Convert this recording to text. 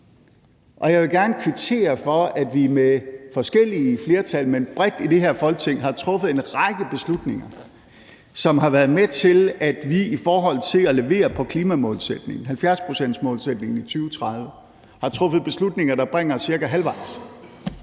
jeg vil gerne kvittere for, at vi med forskellige flertal, men bredt i det her Folketing, har truffet en række beslutninger, som har været med til, at vi i forhold til at levere på klimamålsætningen, 70-procentsmålsætningen i 2030, har truffet beslutninger, der bringer os cirka halvvejs